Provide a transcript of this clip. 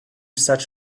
such